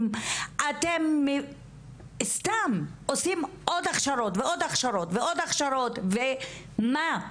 אתם סתם עושים עוד הכשרות ועוד הכשרות ועוד הכשרות ומה?